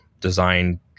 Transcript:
design